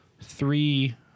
three